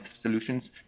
solutions